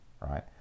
right